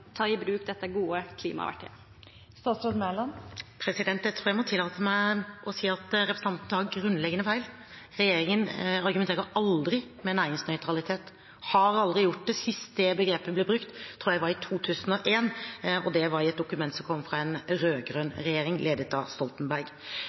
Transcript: ta i bruk dette gode klimaverktøyet? Jeg tror jeg må tillate meg å si at representanten tar grunnleggende feil. Regjeringen argumenterer aldri med næringsnøytralitet – har aldri gjort det. Sist det begrepet ble brukt, tror jeg var i 2001, og det var i et dokument som kom fra en